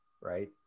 right